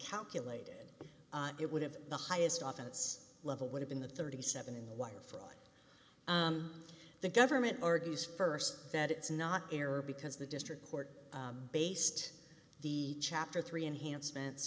calculated it would have the highest often it's level would have been the thirty seven in the wire fraud the government argues first that it's not an error because the district court based the chapter three enhancement